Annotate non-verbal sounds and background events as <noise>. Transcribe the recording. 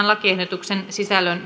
<unintelligible> lakiehdotuksen sisällöstä